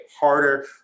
harder